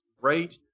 great